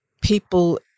people